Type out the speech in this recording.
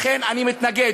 לכן אני מתנגד.